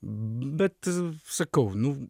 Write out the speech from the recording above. bet sakau nu